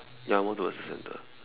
ya more towards the center